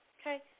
Okay